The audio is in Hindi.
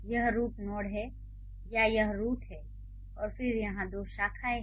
यह रूट नोड है या यह रूट है और फिर यहां दो शाखाएं हैं